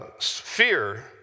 fear